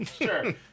sure